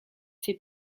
fait